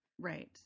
Right